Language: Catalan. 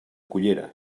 cullera